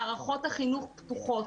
מערכות החינוך פתוחות.